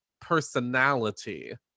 personality